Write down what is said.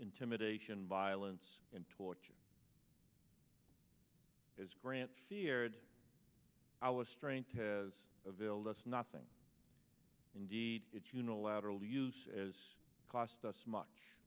intimidation violence and torture as grant feared our strength as a veiled us nothing indeed it unilaterally use as cost us much